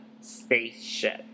Spaceship